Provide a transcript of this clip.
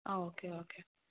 okay okay